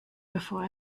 bevor